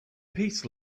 peace